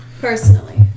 Personally